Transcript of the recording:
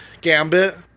Gambit